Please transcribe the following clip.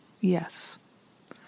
Yes